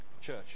church